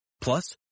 Plus